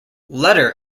letter